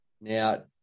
Now